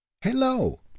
hello